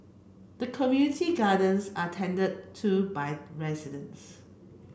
the community gardens are tended to by residents